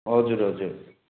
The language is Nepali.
हजुर हजुर